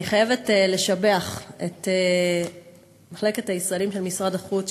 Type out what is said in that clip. אני חייבת לשבח את מחלקת הישראלים של משרד החוץ,